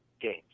games